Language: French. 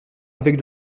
avec